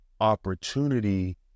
opportunity